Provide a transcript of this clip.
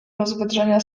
rozwydrzenia